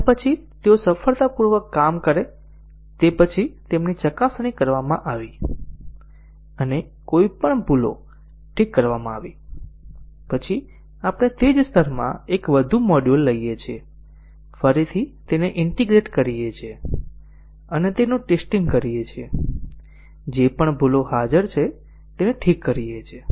અને પછી તેઓ સફળતાપૂર્વક કામ કરે તે પછી તેમની ચકાસણી કરવામાં આવી અને કોઈપણ ભૂલો ઠીક કરવામાં આવી પછી આપણે તે જ સ્તરમાં એક વધુ મોડ્યુલ લઈએ છીએ ફરીથી તેને ઈન્ટીગ્રેટ કરીએ છીએ અને તેનું ટેસ્ટીંગ કરીએ છીએ જે પણ ભૂલો હાજર છે તેને ઠીક કરીએ છીએ